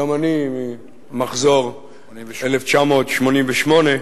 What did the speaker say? גם אני מחזור 1988,